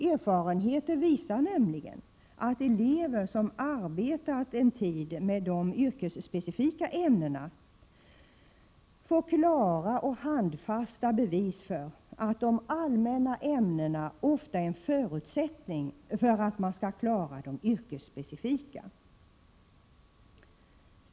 Erfarenheten visar nämligen att elever som arbetat en tid med de yrkesspecifika ämnena får klara och handfasta bevis för att de allmänna ämnena ofta är en förutsättning för att man skall klara de yrkesspecifika.